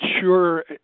sure